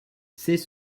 c’est